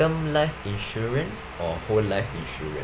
term life insurance or whole life insurance